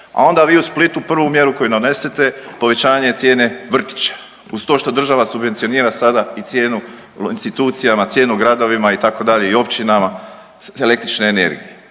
a onda vi u Splitu prvu mjeru koju donesete povećanje cijene vrtića uz to što država subvencionira sada i cijenu institucijama, cijenu gradovima itd. i općinama električne energije.